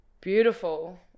beautiful